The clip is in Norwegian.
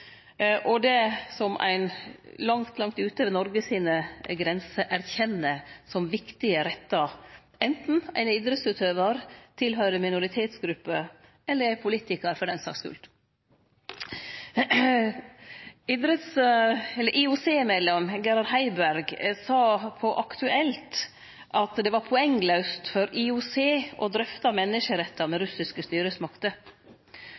og det som ein langt utover Noregs grenser erkjenner som viktige rettar, enten ein er idrettsutøvar, tilhøyrer minoritetsgrupper eller er politikar, for den saks skuld. IOC-medlem Gerhard Heiberg sa på Aktuelt at det var poenglaust for IOC å drøfte menneskerettar med